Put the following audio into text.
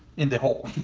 in the hole.